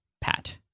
Pat